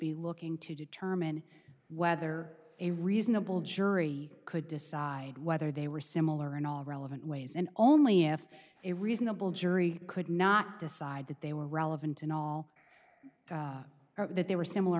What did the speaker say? be looking to determine whether a reasonable jury could decide whether they were similar in all relevant ways and only if a reasonable jury could not decide that they were relevant in all that they were similar